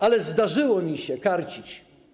Ale zdarzyło mi się karcić.